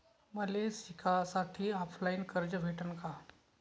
मले शिकासाठी ऑफलाईन कर्ज भेटन का?